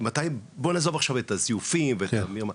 בוא נעזוב עכשיו את הזיופים ואת המרמה,